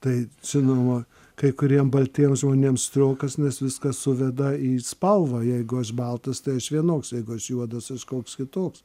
tai žinoma kai kuriem baltiem žmonėm striokas nes viską suveda į spalvą jeigu aš baltas tai aš vienoks jeigu aš juodas aš koks kitoks